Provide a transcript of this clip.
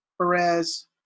Perez